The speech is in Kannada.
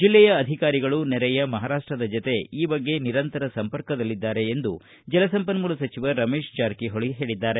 ಜಿಲ್ಲೆಯ ಅಧಿಕಾರಿಗಳು ನೆರೆಯ ಮಹಾರಾಷ್ಷದ ಜತೆ ಈ ಬಗ್ಗೆ ನಿರಂತರ ಸಂಪರ್ಕದಲ್ಲಿದ್ದಾರೆ ಎಂದು ಜಲಸಂಪನ್ಮೂಲ ಸಚಿವ ರಮೇಶ ಜಾರಕಿಹೊಳಿ ಹೇಳಿದ್ದಾರೆ